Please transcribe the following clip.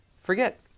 Forget